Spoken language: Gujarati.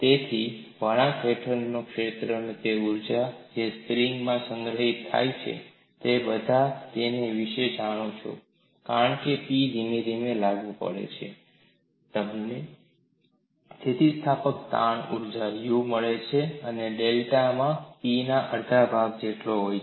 તેથી વળાંક હેઠળનો ક્ષેત્ર એ તે ઊર્જા છે જે સ્પ્રિંગ માં સંગ્રહિત થાય છે તમે બધા તેના વિશે જાણો છો કારણ કે P ધીમે ધીમે લાગુ પડે છે તમને સ્થિતિસ્થાપક તાણ ઊર્જા U મળે છે જે ડેલ્ટામાં P ના અડધા ભાગ જેટલો છે